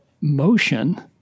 motion